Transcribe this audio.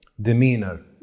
demeanor